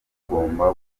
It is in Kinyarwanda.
bugomba